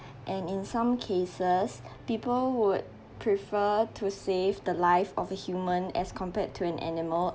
and in some cases people would prefer to save the life of a human as compared to an animal